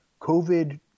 COVID